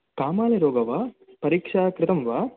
कामाले रोग वा परीक्षा कृतं वा